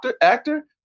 actor